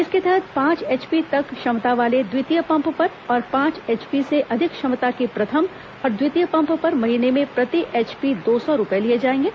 इसके तहत पांच एचपी तक क्षमता वाले द्वितीय पंप पर और पांच एचपी से अधिक क्षमता के प्रथम और द्वितीय पंप पर महीने में प्रति एचपी दो सौ रूपये लिए जाएंगे